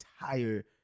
entire